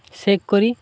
ସେକ୍ କରି